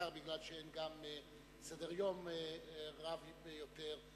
בעיקר משום שאין סדר-יום רב ביותר,